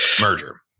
merger